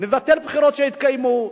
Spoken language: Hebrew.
נבטל בחירות שהתקיימו,